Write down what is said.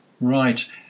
Right